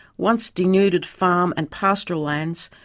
once denuded farm and pastoral lands,